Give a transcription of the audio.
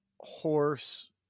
horse